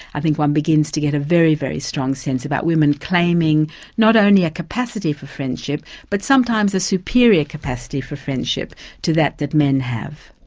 i think one begins to get a very, very, strong sense about women claiming not only a capacity for friendship, but sometimes a superior capacity for friendship to that that men have.